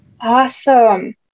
Awesome